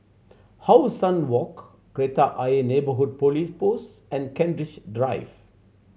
How Sun Walk Kreta Ayer Neighbourhood Police Post and Kent Ridge Drive